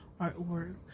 artwork